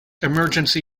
emergency